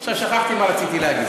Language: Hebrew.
עכשיו שכחתי מה רציתי להגיד.